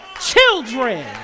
children